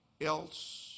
else